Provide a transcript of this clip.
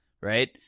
right